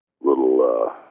little